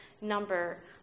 number